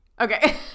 Okay